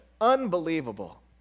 Unbelievable